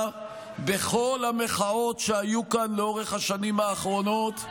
בכל המחאות שהיו כאן לאורך כל השנים האחרונות.